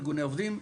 ארגוני עובדים,